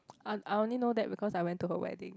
I I only know that because I went to her wedding